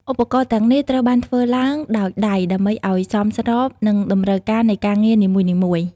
ឧបករណ៍ទាំងនេះត្រូវបានធ្វើឡើងដោយដៃដើម្បីឱ្យសមស្របនឹងតម្រូវការនៃការងារនីមួយៗ។